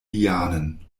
lianen